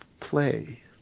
Play